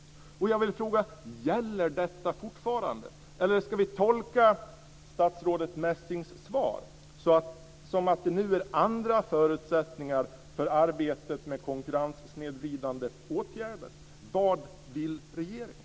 Jag vill fråga: Gäller detta fortfarande? Eller ska vi tolka statsrådets Messings svar så att det nu finns andra förutsättningar för arbetet med konkurrenssnedvridande åtgärder? Vad vill regeringen?